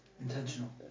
Intentional